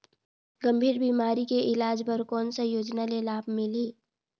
गंभीर बीमारी के इलाज बर कौन सा योजना ले लाभ मिलही?